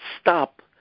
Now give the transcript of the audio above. stop